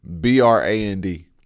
B-R-A-N-D